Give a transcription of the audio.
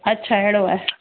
अच्छा अहिड़ो आहे